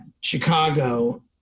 Chicago